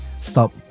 stop